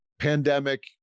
Pandemic